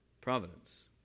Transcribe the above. Providence